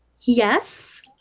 yes